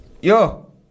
Yo